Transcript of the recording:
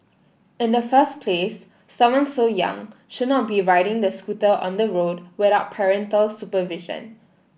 in the first place someone so young should not be riding the scooter on the road without parental supervision